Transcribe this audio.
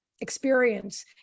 experience